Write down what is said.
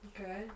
Okay